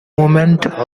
moment